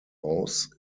aus